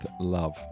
love